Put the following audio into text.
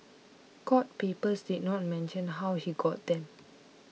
court papers did not mention how he got them